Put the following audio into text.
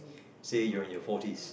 say you're in your forties